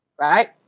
right